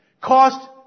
cost